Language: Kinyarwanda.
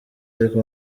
ariko